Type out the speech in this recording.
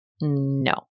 No